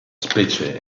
specie